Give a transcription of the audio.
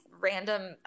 random